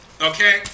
Okay